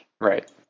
Right